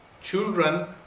Children